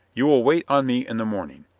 you will wait on me in the morning.